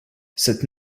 cette